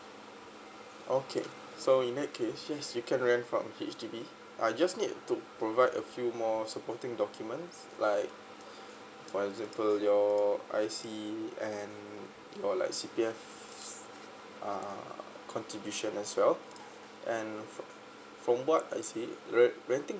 okay so in that case yes you can rent from H_D_B uh just need to provide a few more supporting documents like for example your I C and your like C P F uh contribution as well and from what I see renting